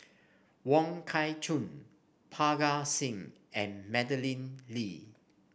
Wong Kah Chun Parga Singh and Madeleine Lee